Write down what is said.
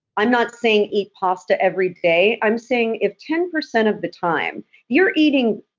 i'm not saying eat pasta every day, i'm saying if ten percent of the time you're eating,